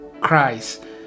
Christ